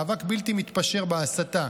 מאבק בלתי מתפשר בהסתה,